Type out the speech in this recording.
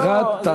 לא,